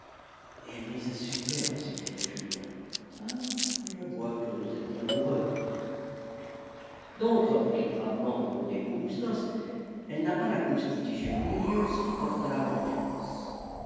elle les a superbes s'écria julien je vois que vous êtes amoureux donc reprit gravement don diego bustos elle n'a pas la constitution bilieuse qui porte à la vengeance